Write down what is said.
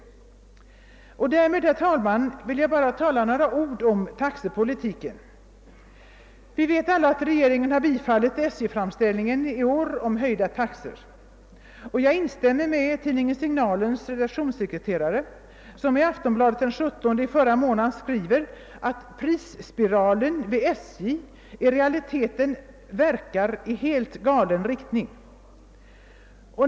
Därmed vill jag, herr talman, bara säga ett par ord om taxepolitiken. Vi vet alla att regeringen har bifallit SJ:s framställning i år om höjda taxor. Jag instämmer med tidningen Signalens redaktionssekreterare som i Aftonbladet den 17 i förra månaden skriver att prisspiralen vid SJ i realiteten verkar i helt galen riktning.